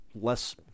less